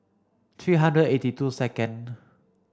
three hundred eighty two second